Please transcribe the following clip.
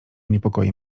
niepokoi